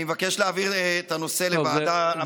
אני מבקש להעביר את הנושא לוועדה המסדרת,